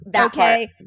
Okay